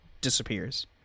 disappears